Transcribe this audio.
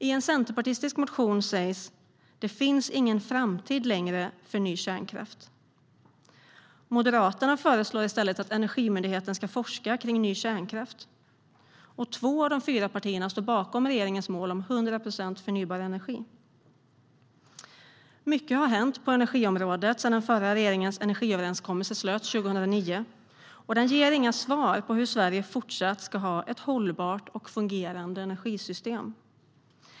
I en centerpartistisk motion sägs att det inte finns någon framtid längre för ny kärnkraft. Moderaterna föreslår i stället att Energimyndigheten ska forska om ny kärnkraft. Två av de fyra partierna står bakom regeringens mål om 100 procent förnybar energi. Mycket har hänt på energiområdet sedan den förra regeringens energiöverenskommelse slöts 2009, och den ger inga svar på hur Sverige ska fortsätta att ha ett hållbart och fungerande energisystem.